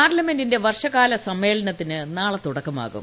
പാർലമെന്റിന്റെ വർഷകാല സമ്മേളനത്തിന് നാളെ തുടക്കമാകും